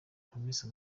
hamisa